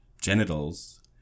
genitals